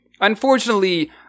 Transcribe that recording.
Unfortunately